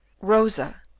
Rosa